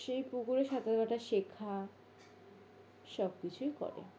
সেই পুকুরে সাঁতার কাটা শেখা সব কিছুই করে